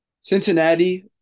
Cincinnati